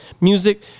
music